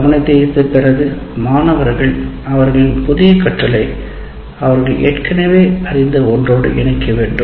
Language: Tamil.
கவனத்தை ஈர்த்த பிறகு மாணவர்கள் அவர்களின் புதிய கற்றலை அவர்கள் ஏற்கனவே அறிந்த ஒன்றோடு இணைக்க வேண்டும்